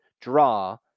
draw